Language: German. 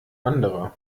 andere